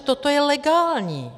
Toto je legální.